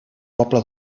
poble